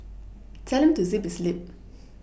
tell him to zip his lip